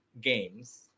games